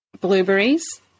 blueberries